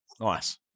Nice